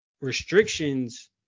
restrictions